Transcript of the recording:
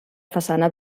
façana